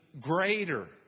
greater